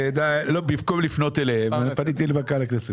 במקום לפנות אליהם פניתי למנכ"ל הכנסת.